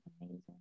amazing